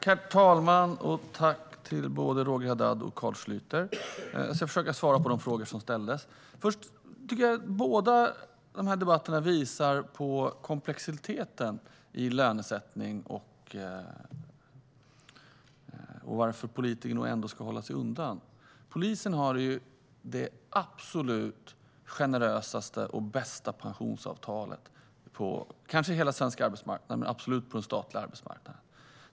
Herr talman! Tack till både Roger Haddad och Carl Schlyter! Jag ska försöka svara på de frågor som ställdes. Jag tycker att båda de här debattinläggen visar på komplexiteten i lönesättning och varför politiker nog ändå ska hålla sig undan den. Polisen har det absolut mest generösa och bästa pensionsavtalet på kanske hela den svenska arbetsmarknaden och absolut på den statliga arbetsmarknaden.